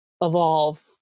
evolve